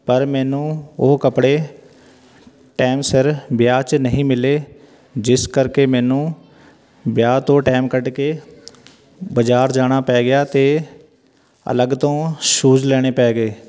ਪਰ ਮੈਨੂੰ ਉਹ ਕੱਪੜੇ ਟਾਈਮ ਸਿਰ ਵਿਆਹ 'ਚ ਨਹੀਂ ਮਿਲੇ ਜਿਸ ਕਰਕੇ ਮੈਨੂੰ ਵਿਆਹ ਤੋਂ ਟਾਇਮ ਕੱਢ ਕੇ ਬਾਜ਼ਾਰ ਜਾਣਾ ਪੈ ਗਿਆ ਅਤੇ ਅਲੱਗ ਤੋਂ ਸ਼ੂਜ਼ ਲੈਣੇ ਪੈ ਗਏ